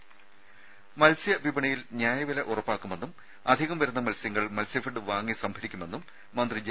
രുമ മത്സ്യ വിപണിയിൽ ന്യായവില ഉറപ്പാക്കുമെന്നും അധികം വരുന്ന മത്സ്യങ്ങൾ മത്സ്യഫെഡ് വാങ്ങി സംഭരിക്കുമെന്നും മന്ത്രി ജെ